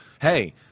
hey